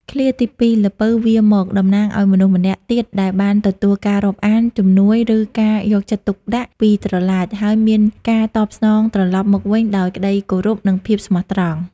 ឃ្លាទីពីរ "ល្ពៅវារមក" តំណាងឲ្យមនុស្សម្នាក់ទៀតដែលបានទទួលការរាប់អាន ជំនួយ ឬការយកចិត្តទុកដាក់ពី "ត្រឡាច" ហើយមានការតបស្នងត្រឡប់មកវិញដោយក្តីគោរព និងភាពស្មោះត្រង់។